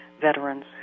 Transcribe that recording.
veterans